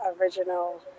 original